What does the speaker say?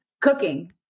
Cooking